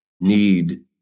need